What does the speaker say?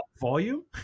volume